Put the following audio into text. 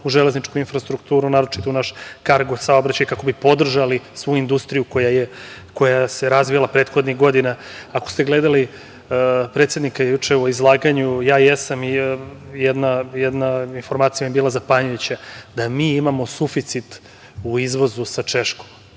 u železničku infrastrukturu, naročito u naš kargo saobraćaj, kako bi podržali svu industriju koja se razvila prethodnih godina. Ako ste gledali predsednika juče u izlaganju, ja jesam i jedna informacija mi je bila zapanjujuća, a to je da mi imamo suficit u izvozu sa Češkom.